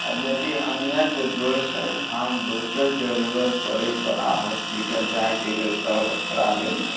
आ जदी अन्यत्र दोसर ठाम दोसर जरूरत पड़ै बड़ा होस्पिटल जाय के लेल तव ओकरा लेल